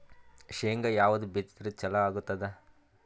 ಶೇಂಗಾ ಯಾವದ್ ಬಿತ್ತಿದರ ಚಲೋ ಆಗತದ?